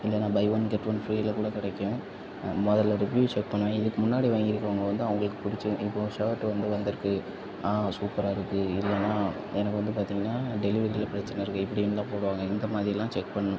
இல்லைன்னா buy one get one ஃப்ரீயில கூட கிடைக்கும் முதல்ல ரிவியூ செக் பண்ணுவேன் இதுக்கு முன்னாடி வாங்கிருக்குறவங்க வந்து அவங்களுக்கு பிடிச்ச இப்போ ஒரு ஷர்ட் வந்து வந்துருக்கு சூப்பராக இருக்கு இல்லைன்னா எனக்கு வந்து பார்த்தீங்கன்னா டெலிவரியில பிரச்சனை இருக்கு இப்படி இருந்தால் போடுவாங்க இந்த மாதிரிலாம் செக் பண்ணும்